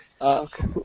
Okay